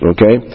Okay